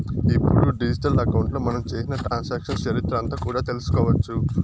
ఇప్పుడు డిజిటల్ అకౌంట్లో మనం చేసిన ట్రాన్సాక్షన్స్ చరిత్ర అంతా కూడా తెలుసుకోవచ్చు